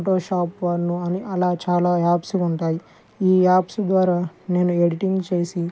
photo shop one అని అలా చాలా యాప్స్ ఉంటాయి ఈ యాప్స్ ద్వారా నేను ఎడిటింగ్ చేసి